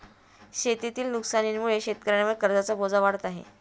शेतीतील नुकसानीमुळे शेतकऱ्यांवर कर्जाचा बोजा वाढत आहे